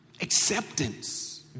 Acceptance